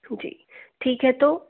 जी ठीक है तो